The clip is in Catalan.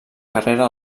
carrera